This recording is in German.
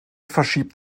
verschiebt